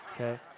okay